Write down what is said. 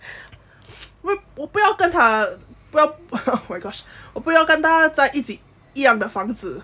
我不要跟他我不要跟他在一起一样的房子